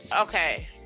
Okay